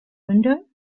window